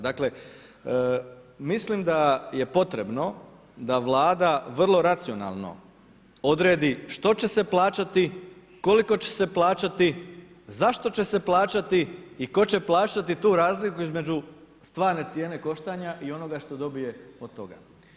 Dakle mislim da je potrebno da vlada vrlo racionalno odredi što će se plaćati, koliko će se plaćati, zašto će se plaćati i tko će plaćati tu razliku između stvarne cijene koštanja i onoga što dobije od toga.